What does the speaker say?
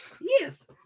Yes